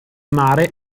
mare